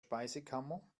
speisekammer